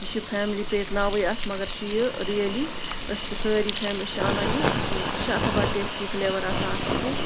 یہِ چھِ family pack ناوٕے اَتھ مگر چھِ یہِ ریلی أسۍ چھِ سٲری فیم أسۍ چھِ اَنان یہِ یہِ چھَ آسان بَڑٕ ٹیسٹی فٕلیوَر آسان اَتھ اَصٕل